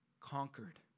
conquered